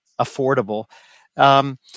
affordable